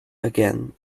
again